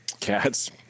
Cats